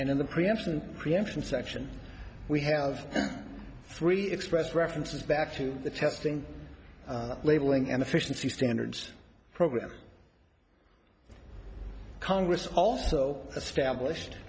in the preemption preemption section we have three express references back to the testing labeling and efficiency standards program congress also stablished